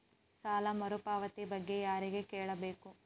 ಸಾಲ ಮರುಪಾವತಿ ಬಗ್ಗೆ ಯಾರಿಗೆ ಕೇಳಬೇಕು?